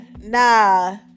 Nah